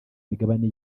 migabane